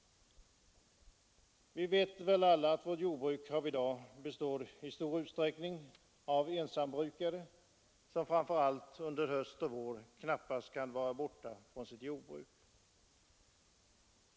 Vi vet alla att vårt jordbruk i stor utsträckning består av enmansjordbrukare, som framför allt under höst och vår knappast kan vara borta från sitt jordbruk.